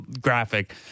graphic –